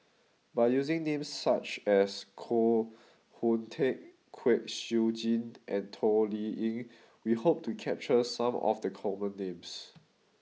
by using names such as Koh Hoon Teck Kwek Siew Jin and Toh Liying we hope to capture some of the common names